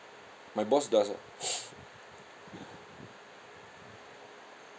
my boss does ah